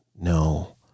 No